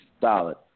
solid